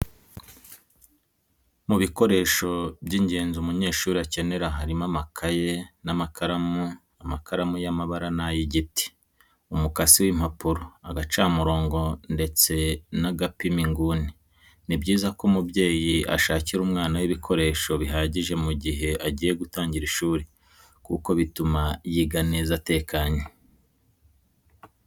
Mu bikoresha by'ingenzi umunyeshuri akenera harimo amakaye n'amakaramu, amakaramu y'amabara n'ay'igiti, umukasi w'impapuro, agacamurongo ndetse n'agapima inguni, ni byiza ko umubyeyi ashakira umwana we ibikoresho bihagije mu gihe agiye gutangira ishuri kuko bituma yiga neza atekanye.